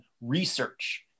research